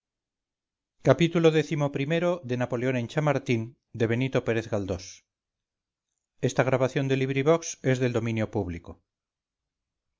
xxvii xxviii xxix napoleón en chamartín de benito pérez